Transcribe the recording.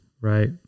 right